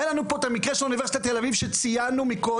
היה לנו פה את המקרה של אונ' תל אביב שציינו מקודם,